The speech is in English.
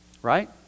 right